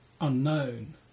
unknown